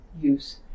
use